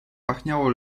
pachniało